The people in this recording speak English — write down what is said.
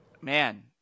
Man